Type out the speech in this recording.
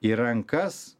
į rankas